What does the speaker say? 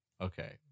Okay